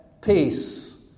peace